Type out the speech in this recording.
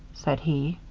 said he.